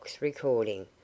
recording